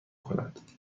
کند